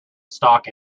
stock